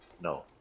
no